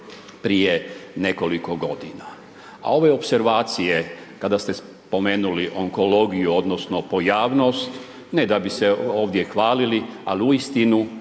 prije nekoliko godina. A ove opservacije kada ste spomenuli onkologiju, odnosno pojavnost, ne da bi se ovdje hvalili ali uistinu